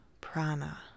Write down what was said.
prana